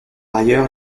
ailleurs